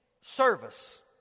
service